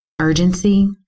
urgency